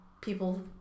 people